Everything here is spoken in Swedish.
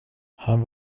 han